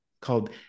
called